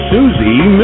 Susie